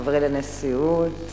חברי לנשיאות,